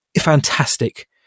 fantastic